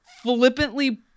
flippantly